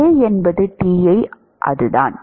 A என்பது Ti அதுதான்